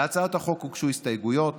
להצעת החוק הוגשו הסתייגויות.